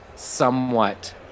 somewhat